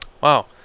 wow